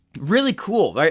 really cool.